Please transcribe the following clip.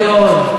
הגירעון,